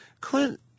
Clint